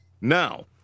Now